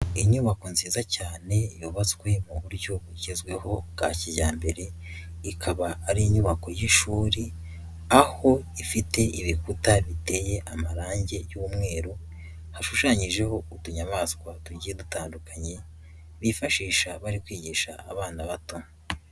Inyubako nziza cyane yubatswe mu buryo bugezweho bwa kijyambere, ikaba ari inyubako y'ishuri, aho ifite ibikuta biteye amarangi y'umweru, hashushanyijeho utunyamaswa tugiye dutandukanye bifashisha bari kwigisha abana bato.